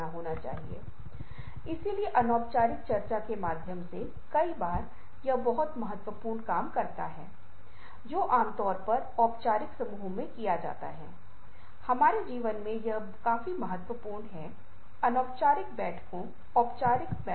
जबकि जिन लोगों को वैज्ञानिक तथ्य बताए गए थे उन्होंने स्वास्थ्य को विटामिन देने की फलों की क्षमता उनकी ताजगी या पहाड़ों के बारे में बात की पहाड़ स्वास्थ्य के लिए अच्छे है